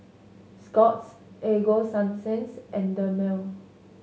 Scott's Ego Sunsense and Dermale